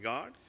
God